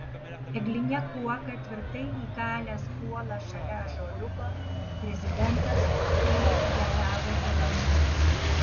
egline kuoka tvirtai įkalęs kuolą šalia ąžuoliuko prezidentas tuoj ją gavo dovanų